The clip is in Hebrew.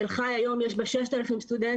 לתל חי יש היום 6,000 סטודנטים,